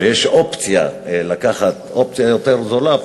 כשיש אופציה לקחת אופציה יותר זולה,